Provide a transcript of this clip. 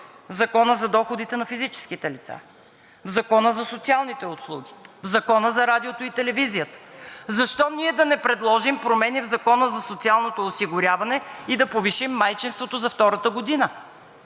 Закона за доходите на физическите лица, в Закона за социалните услуги, в Закона за радиото и телевизията. Защо ние да не предложим промени в Закона за социалното осигуряване и да повишим майчинството за втората година?